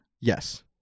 Yes